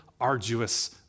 arduous